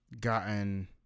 gotten